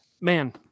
Man